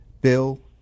Bill